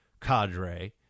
cadre